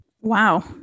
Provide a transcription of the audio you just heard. Wow